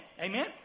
Amen